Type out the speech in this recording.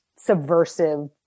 subversive